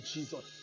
Jesus